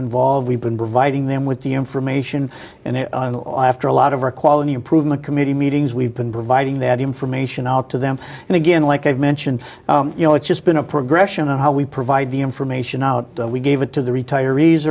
involved we've been providing them with the information and after a lot of our quality improvement committee meetings we've been providing that information out to them and again like i've mentioned you know it's just been a progression on how we provide the information out we gave it to the retirees